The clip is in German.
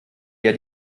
der